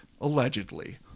allegedly